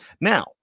Now